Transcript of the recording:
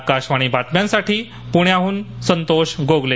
आकाशवाणी बातम्यांसाठी पुण्याहून संतोष गोगले